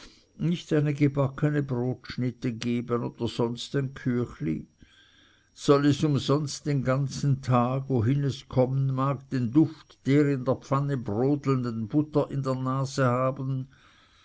nicht eine gebackene brotschnitte geben oder sonst ein küchli soll es umsonst den ganzen tag wohin es kommen mag den duft der in der pfanne brodelnden butter in der nase haben